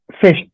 fish